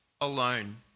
alone